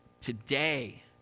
today